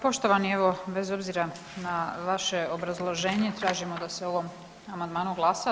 Poštovani evo bez obzira na vaše obrazloženje tražimo da se o ovom amandmanu glasa.